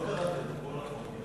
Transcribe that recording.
לא קראת את כל החוק.